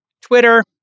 twitter